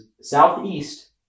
Southeast